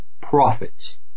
Profits